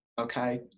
Okay